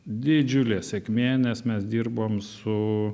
didžiulė sėkmė nes mes dirbom su